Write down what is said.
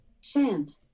Shant